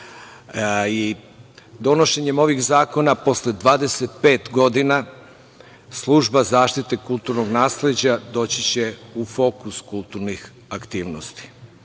Donošenjem ovih zakona posle 25 godina, služba zaštite kulturnog nasleđa će doći u fokus kulturnih aktivnosti. Imajući